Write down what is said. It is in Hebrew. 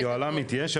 יוהל"מית יש,